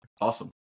awesome